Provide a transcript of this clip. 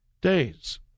days